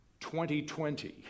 2020